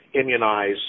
immunize